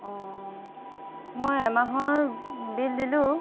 অঁ মই এমাহৰ বিল দিলোঁ